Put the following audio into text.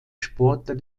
sportler